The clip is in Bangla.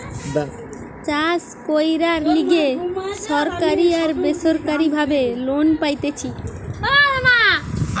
চাষ কইরার লিগে সরকারি আর বেসরকারি ভাবে লোন পাইতেছি